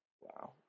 Wow